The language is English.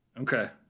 Okay